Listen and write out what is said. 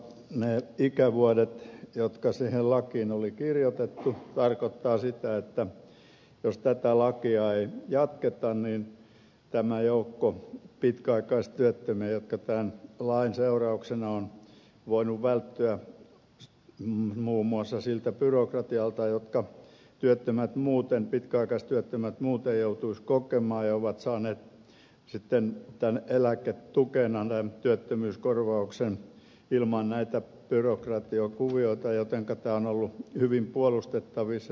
ne ikävuodet jotka siihen lakiin oli kirjoitettu tarkoittavat sitä että jos tätä lakia ei jatketa niin se vaikuttaa joukkoon pitkäaikaistyöttömiä jotka tämän lain seurauksena ovat voineet välttyä muun muassa siltä byrokratialta jonka pitkäaikaistyöttömät muuten joutuisivat kokemaan ja ovat saaneet sitten eläketukena tämän työttömyyskorvauksen ilman näitä byrokratiakuvioita joten tämä on ollut hyvin puolustettavissa senkin takia